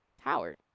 Howard